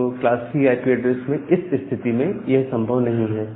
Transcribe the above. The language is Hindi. तो क्लास C आईपी ऐड्रेस इस स्थिति में संभव नहीं है